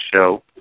show